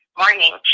morning